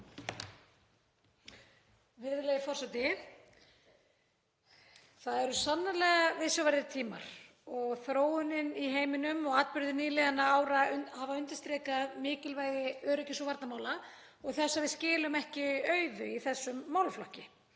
Virðulegur forseti. Það eru sannarlega viðsjárverðir tímar og þróunin í heiminum og atburðir nýliðinna ára hafa undirstrikað mikilvægi öryggis- og varnarmála og þess að við skilum ekki auðu í þessum málaflokki.